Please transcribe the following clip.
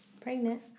pregnant